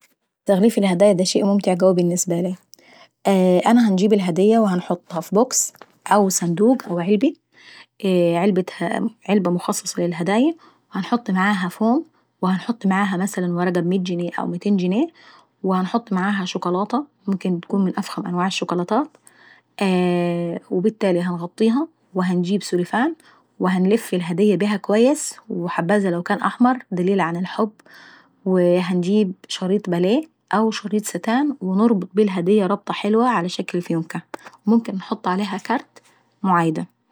تغليف الهدايا دا شيءممتع قوي النسبة لاي. انا هنجيب الهدية وهنحطها في بوكس او صندوق او علبي، علبة مخصصة للهدايي ونحط معاها فوم وهنحط معاها مثلا ورقة بميت جنيه او ميتين جنيه، وهنحط معاها شوكلاطة وممكن اتكون من افخم أنواع الشوكلاطات. وبالتالي هنغطيهاوهنجيب سوليفان وهنلف امعها الهدة اكويس، وحبذا لو كان احمر دليل عى الحب، وهنجيب شريط باليه او شريط ستان نربطها بيه وممكن نحط معاها كارت معايدة.